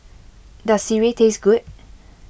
does Sireh taste good